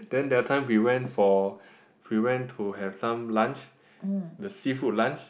then that time we went for we went to have some lunch the seafood lunch